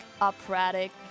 operatic